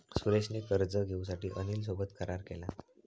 सुरेश ने कर्ज घेऊसाठी अनिल सोबत करार केलान